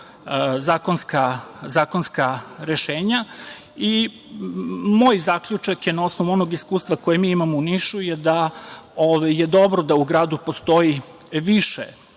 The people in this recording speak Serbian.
zakonska rešenja. Moj zaključak je, na osnovu onog iskustva koje mi imamo u Nišu, da je dobro da u gradu postoji više